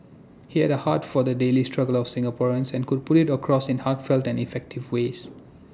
he had A heart for the daily struggles of Singaporeans and could put IT across in heartfelt and effective ways